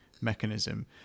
mechanism